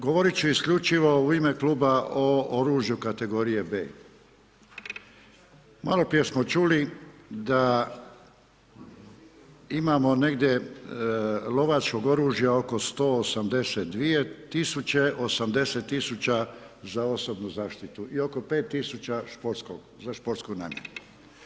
Govorit ću isključivo u ime Kluba o oružju kategorije B. Malo prije smo čuli da imamo negdje lovačkog oružja oko 182 tisuće 80 tisuća za osobnu zaštitu i oko 5 tisuća za sportsko natjecanje.